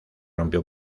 rompió